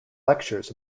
lectures